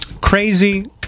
Crazy